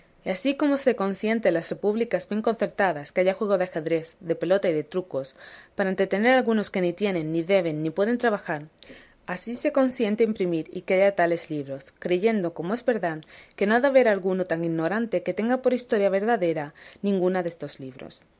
así como se consiente en las repúblicas bien concertadas que haya juegos de ajedrez de pelota y de trucos para entretener a algunos que ni tienen ni deben ni pueden trabajar así se consiente imprimir y que haya tales libros creyendo como es verdad que no ha de haber alguno tan ignorante que tenga por historia verdadera ninguna destos libros